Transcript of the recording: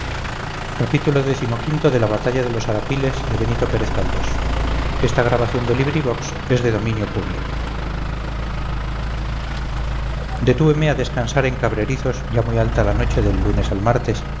camino detúveme a descansar en cabrerizos ya muy alta la noche del lunes al martes